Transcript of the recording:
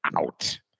out